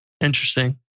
Interesting